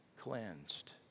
cleansed